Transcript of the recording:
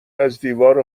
ازدیوار